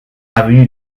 avenue